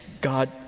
God